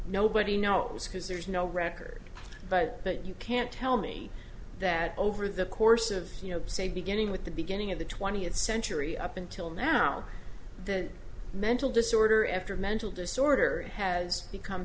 nobody know it was because there's no record but that you can't tell me that over the course of say beginning with the beginning of the twentieth century up until now the mental disorder after mental disorder has become